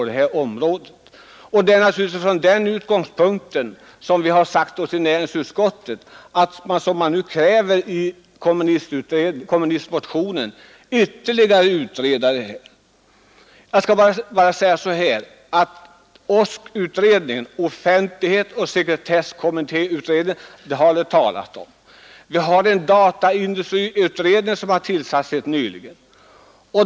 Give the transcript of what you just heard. Det är naturligtvis från den utgångspunkten som vi har sagt oss i näringsutskottet att man inte — som nu krävs i kommunistmotionen — ytterligare skall utreda dessa problem. OSK, offentlighetsoch sekretesslagstiftningskommittén, har omnämnts. Det finns vidare en dataindustriutredning som har tillsatts helt nyligen.